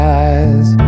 eyes